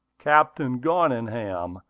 captain garningham,